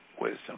wisdom